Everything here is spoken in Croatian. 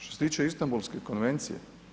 Što se tiče Istambulske konvencije.